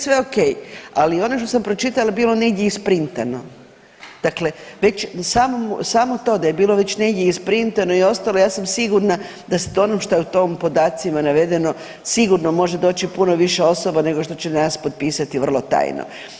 Sve o.k. Ali ono što sam pročitala je bilo negdje isprintano, dakle već samo to da je bilo već negdje isprintano i ostalo ja sam sigurna da ono što je u tim podacima navedeno sigurno može doći puno više osoba nego što će nas potpisati vrlo tajno.